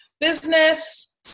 business